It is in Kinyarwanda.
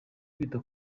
kwita